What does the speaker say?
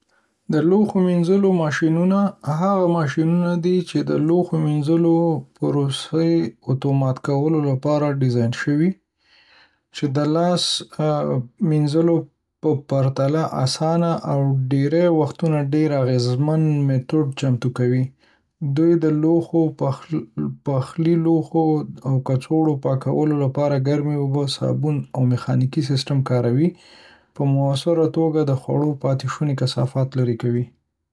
د لوښو مینځلو ماشینونه هغه ماشینونه دي چې د لوښو مینځلو پروسې اتومات کولو لپاره ډیزاین شوي، چې د لاس مینځلو په پرتله اسانه او ډیری وختونه ډیر اغیزمن میتود چمتو کوي. دوی د لوښو، پخلي لوښو او کڅوړو پاکولو لپاره ګرمې اوبه، صابون، او میخانیکي سیسټم کاروي، په مؤثره توګه د خوړو پاتې شوني او کثافات لرې کوي.